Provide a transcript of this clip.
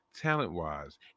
talent-wise